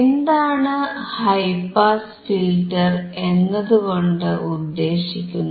എന്താണ് high pass filter എന്നതുകൊണ്ട് ഉദ്ദേശിക്കുന്നത്